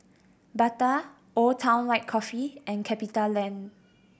Bata Old Town White Coffee and CapitaLand